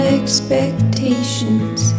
expectations